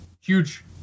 Huge